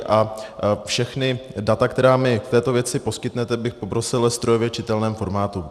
A všechna data, která mi v této věci poskytnete, bych poprosil ve strojově čitelném formátu.